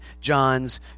John's